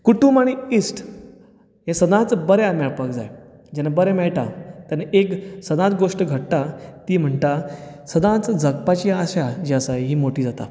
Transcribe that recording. कुटूंब आनी इश्ट हे सदांच बरे मेळपाक जाय जेन्ना बरे मेळटा तेन्ना एक सदांच गोश्ट घडटा ती म्हणटा सदांच जगपाची आशा जी आसा ही मोटी जाता